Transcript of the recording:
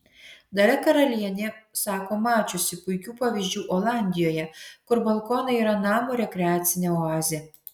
dalia karalienė sako mačiusi puikių pavyzdžių olandijoje kur balkonai yra namo rekreacinė oazė